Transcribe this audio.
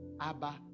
Abba